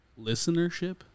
listenership